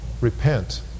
repent